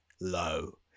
low